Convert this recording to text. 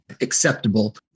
acceptable